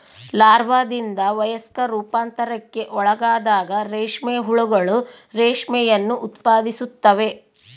ಲಾರ್ವಾದಿಂದ ವಯಸ್ಕ ರೂಪಾಂತರಕ್ಕೆ ಒಳಗಾದಾಗ ರೇಷ್ಮೆ ಹುಳುಗಳು ರೇಷ್ಮೆಯನ್ನು ಉತ್ಪಾದಿಸುತ್ತವೆ